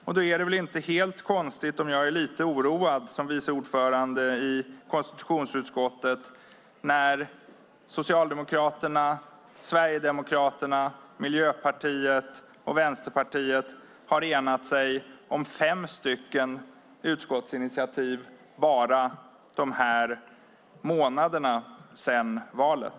Därför är det väl inte så konstigt om jag som vice ordförande i konstitutionsutskottet är lite oroad när Socialdemokraterna, Sverigedemokraterna, Miljöpartiet och Vänsterpartiet enats om fem utskottsinitiativ bara under de månader som gått sedan valet.